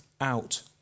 out